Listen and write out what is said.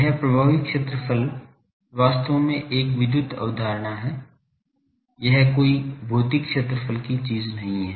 वह प्रभावी क्षेत्रफल वास्तव में एक विद्युत अवधारणा है यह कोई भौतिक क्षेत्रफल की चीज नहीं है